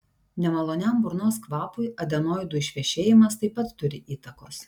nemaloniam burnos kvapui adenoidų išvešėjimas taip pat turi įtakos